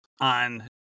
on